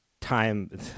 time